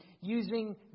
using